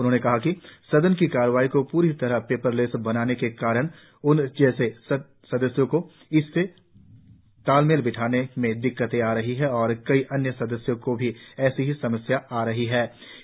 उन्होंने कहा कि सदन की कार्यवाही को प्री तरह पेपर लेस बनाने के कारण उन जैसे सदस्यों को इससे तालमेल बिठाने में दिक्कते आ रही है और कई अन्य सदस्यों को भी ऐसी ही समस्याएं आ रही होंगी